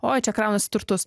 oi čia kraunasi turtus